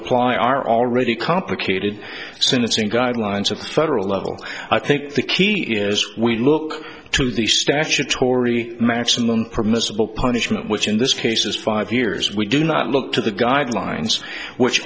apply our already complicated sinister guidelines of the federal level i think the key is we look to the statutory maximum permissible punishment which in this case is five years we do not look to the guidelines which